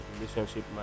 relationship